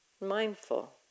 mindful